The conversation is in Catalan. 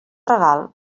regal